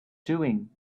doing